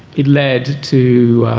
it led to